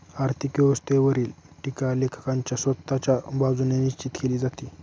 आर्थिक व्यवस्थेवरील टीका लेखकाच्या स्वतःच्या बाजूने निश्चित केली जाते